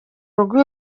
rugo